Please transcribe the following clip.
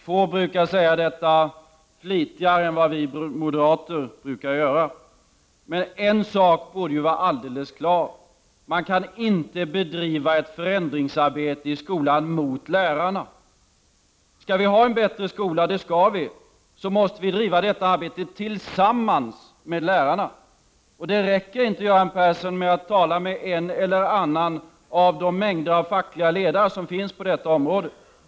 Få säger detta flitigare än vi moderater brukar göra. Men en sak borde vara alldeles klar: Man kan inte bedriva ett förändringsarbete i skolan emot lärarna. Skall vi ha en bättre skola — och det skall vi — så måste man driva detta arbete tillsammans med lärarna. Det räcker inte, Göran Persson, att tala med en eller annan av de mängder av fackliga ledare som finns på detta område.